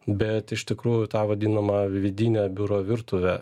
bet iš tikrųjų tą vadinamą vidinę biuro virtuvę